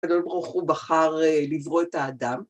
הקדוש ברוך הוא בחר לברוא את האדם.